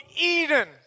Eden